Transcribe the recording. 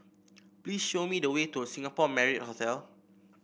please show me the way to Singapore Marriott Hotel